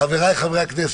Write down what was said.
חבריי חברי הכנסת,